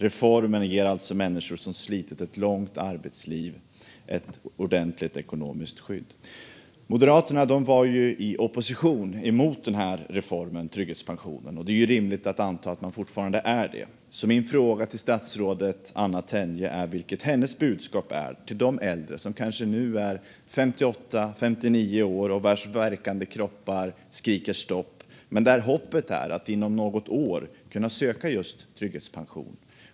Reformen ger alltså människor som slitit ett långt arbetsliv ett ordentligt ekonomiskt skydd. Moderaterna var i opposition emot den här reformen. Det är rimligt att anta att de fortfarande är det. Min fråga till statsrådet Anna Tenje är vilket hennes budskap är till de äldre som kanske nu är 58 eller 59 år och vars värkande kroppar skriker stopp men som har hoppet att inom några år kunna söka just trygghetspension.